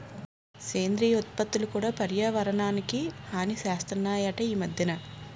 సేంద్రియ ఉత్పత్తులు కూడా పర్యావరణానికి హాని సేస్తనాయట ఈ మద్దెన